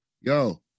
Yo